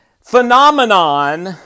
phenomenon